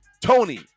Tony